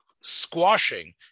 squashing